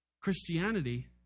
Christianity